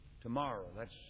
tomorrow—that's